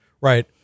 right